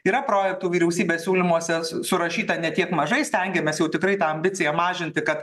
yra projektų vyriausybės siūlymuose surašyta ne tiek mažai stengiamės jau tikrai tą ambiciją mažinti kad